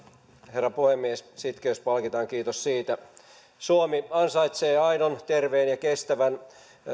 herra puhemies sitkeys palkitaan kiitos siitä suomi ansaitsee aidon terveen ja kestävän